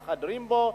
מתהדרים בו,